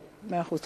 מאה אחוז.